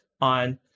on